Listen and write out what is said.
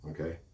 okay